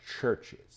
churches